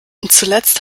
zuletzt